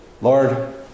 Lord